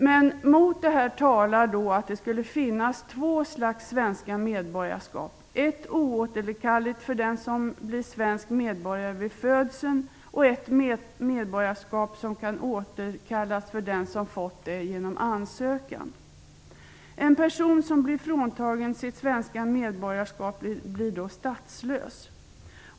Men mot detta talar att det skulle finnas två slags svenska medborgarskap: ett oåterkalleligt för den som blir svensk medborgare vid födseln och ett medborgarskap som kan återkallas för den som fått den genom ansökan. En person som blir fråntagen sitt svenska medborgarskap blir statslös.